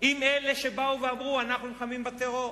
עם אלה שבאו ואמרו: אנחנו נלחמים בטרור.